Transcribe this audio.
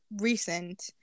recent